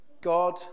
God